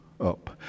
up